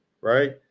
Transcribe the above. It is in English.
right